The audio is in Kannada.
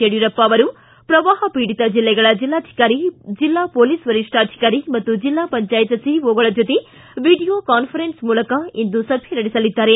ಯಡಿಯೂರಪ್ಪ ಪ್ರವಾಹಪೀಡಿತ ಜಿಲ್ಲೆಗಳ ಜಿಲ್ಲಾಧಿಕಾರಿ ಜಿಲ್ಲಾ ಪೊಲೀಸ್ ವರಿಷ್ಠಾಧಿಕಾರಿ ಮತ್ತು ಜಿಲ್ಲಾ ಪಂಚಾಯತ್ ಸಿಇಒಗಳ ಜೊತೆ ವಿಡಿಯೋ ಕಾನ್ವರೆನ್ಸ್ ಮೂಲಕ ಇಂದು ಸಭೆ ನಡೆಸಲಿದ್ದಾರೆ